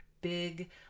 big